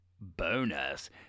Bonus